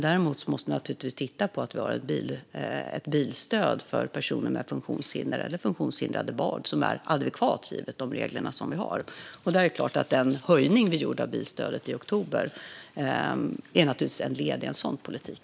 Däremot måste vi naturligtvis titta på ett bilstöd för personer med funktionshinder eller som har funktionshindrade barn som är adekvat givet de regler som finns. Den höjning vi gjorde av bilstödet i oktober är naturligtvis ett led i en sådan politik.